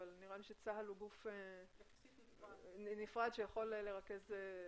אבל צה"ל הוא גוף נפרד שיכול לרכז.